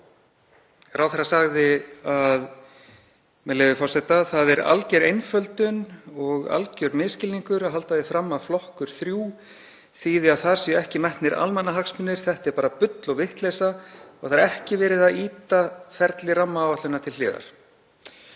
Ráðherra sagði, með leyfi forseta: „Það er alger einföldun og algjör misskilningur að halda því fram að flokkur 3 þýði að þar séu ekki metnir almannahagsmunir. Það er bara bull og vitleysa og ekki verið að ýta ferli rammaáætlunar til hliðar.“